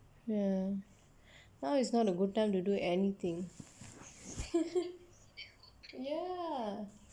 ya now is not a good time to do anything ya